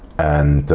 and